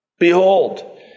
Behold